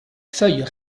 feuilles